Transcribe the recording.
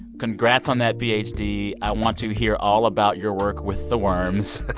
congrats on that ph d. i want to hear all about your work with the worms